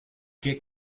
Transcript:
get